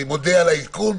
אני מודה על העדכון.